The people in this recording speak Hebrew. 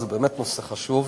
זה באמת נושא חשוב.